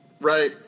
Right